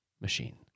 machine